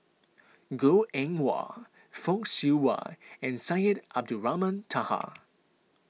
Goh Eng Wah Fock Siew Wah and Syed Abdulrahman Taha